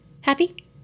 Happy